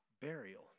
burial